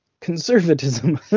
conservatism